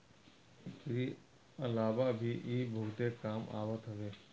एकरी अलावा भी इ बहुते काम आवत हवे